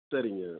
சரிங்க